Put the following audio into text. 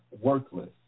worthless